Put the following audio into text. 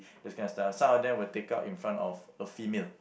this kind of stuff some of them will take out in front of a female